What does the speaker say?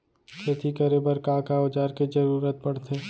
खेती करे बर का का औज़ार के जरूरत पढ़थे?